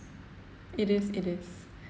it is it is